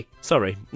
Sorry